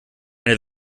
eine